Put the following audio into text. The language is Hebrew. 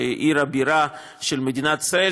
שהיא עיר הבירה של מדינת ישראל,